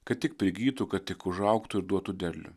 kad tik prigytų kad tik užaugtų ir duotų derlių